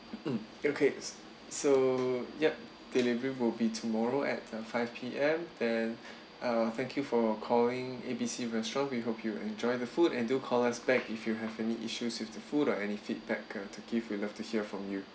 mm okay so yup delivery will be tomorrow at uh five P_M then uh thank you for calling A B C restaurant we hope you enjoy the food and do call us back if you have any issues with the food or any feedback uh to give we love to hear from you